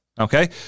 Okay